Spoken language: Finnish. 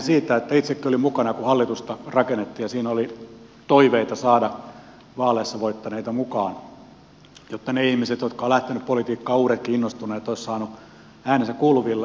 itsekin olin mukana kun hallitusta rakennettiin ja siinä oli toiveita saada vaaleissa voittaneita mukaan jotta ne ihmiset jotka ovat lähteneet politiikkaan uudetkin innostuneet olisivat saaneet äänensä kuuluville